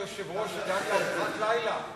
כדאי שהיושבת-ראש תדאג לארוחת לילה.